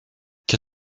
qu’à